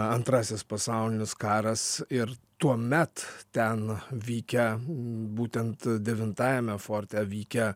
antrasis pasaulinis karas ir tuomet ten vykę būtent devintajame forte vykę